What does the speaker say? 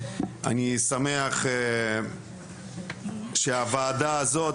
אני שמח שהוועדה הזאת,